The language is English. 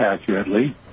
accurately